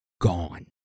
Gone